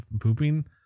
pooping